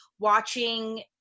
watching